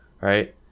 right